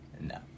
No